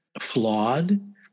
flawed